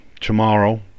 tomorrow